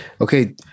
Okay